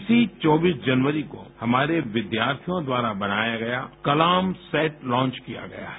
इसी चौबीस जनवरी को हमारे विद्यार्थियों द्वारा बनाया गया कलाम सेट लांच किया गया है